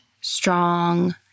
strong